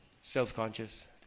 self-conscious